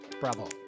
Bravo